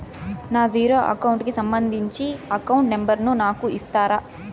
నా zero account కి సంబంధించి అకౌంట్ నెంబర్ ను నాకు ఇస్తారా